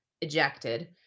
ejected